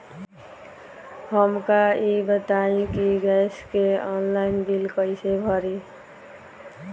हमका ई बताई कि गैस के ऑनलाइन बिल कइसे भरी?